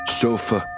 sofa